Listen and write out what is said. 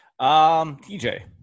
TJ